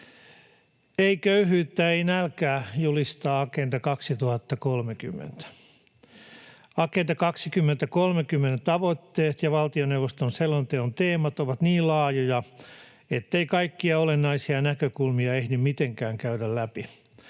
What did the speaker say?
Ei köyhyyttä, ei nälkää, julistaa Agenda 2030. Agenda 2030:n tavoitteet ja valtioneuvoston selonteon teemat ovat niin laajoja, ettei kaikkia olennaisia näkökulmia ehdi mitenkään käydä läpi.